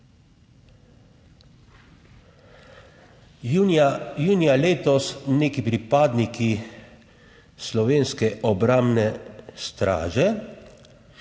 junija letos neki pripadniki slovenske obrambne straže